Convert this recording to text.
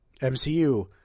MCU